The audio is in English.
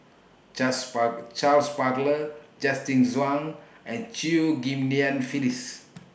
Charles Charles Paglar Justin Zhuang and Chew Ghim Lian Phyllis